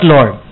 Lord